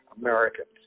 Americans